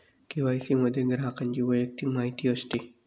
KYC मध्ये ग्राहकाची वैयक्तिक माहिती असते